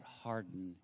harden